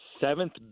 seventh